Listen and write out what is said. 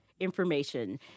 information